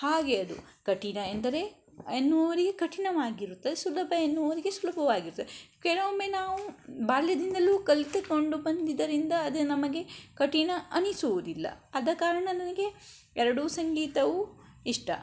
ಹಾಗೆ ಅದು ಕಠಿಣ ಎಂದರೆ ಎನ್ನುವವರಿಗೆ ಕಠಿಣವಾಗಿರುತ್ತೆ ಸುಲಭ ಎನ್ನುವವರಿಗೆ ಸುಲಭವಾಗಿರುತ್ತೆ ಕೆಲವೊಮ್ಮೆ ನಾವು ಬಾಲ್ಯದಿಂದಲೂ ಕಲಿತುಕೊಂಡು ಬಂದಿದ್ದರಿಂದ ಅದು ನಮಗೆ ಕಠಿಣ ಅನಿಸುವುದಿಲ್ಲ ಆದ ಕಾರಣ ನನಗೆ ಎರಡೂ ಸಂಗೀತವೂ ಇಷ್ಟ